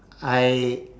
I